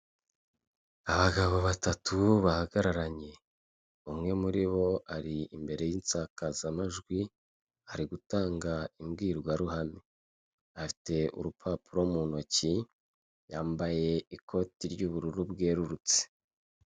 Iyi ni inzu ya etaje ifite amarangi y'umweru ifite inzugi ziriho irange ry'umweru hariho n'icyapa cyanditseho Nyamirambo.